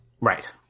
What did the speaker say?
Right